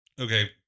okay